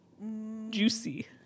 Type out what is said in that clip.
juicy